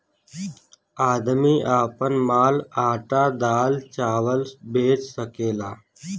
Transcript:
आदमी आपन माल आटा दाल चावल बेच सकेला